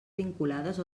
vinculades